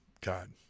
God